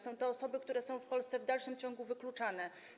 Są to osoby, które są w Polsce w dalszym ciągu wykluczane.